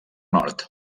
nord